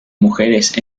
mujeres